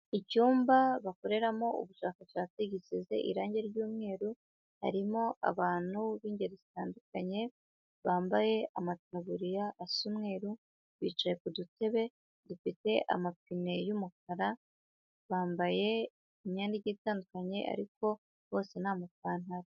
Icyumba bakoreramo ubushakashatsi gisize irangi ry'umweru, harimo abantu b'ingeri zitandukanye bambaye amataburiya asa umweru, bicaye ku dutebe dufite amapine y'umukara, bambaye imyenda igiye itandukanye ariko bose ni amapantaro.